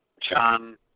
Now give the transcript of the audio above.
John